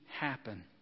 happen